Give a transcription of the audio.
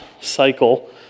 cycle